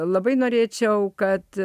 labai norėčiau kad